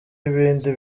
ibindi